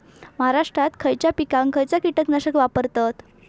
महाराष्ट्रात खयच्या पिकाक खयचा कीटकनाशक वापरतत?